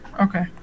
okay